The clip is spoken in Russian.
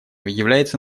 является